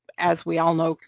as we all know,